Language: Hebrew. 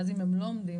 ואז אם הם לא עומדים,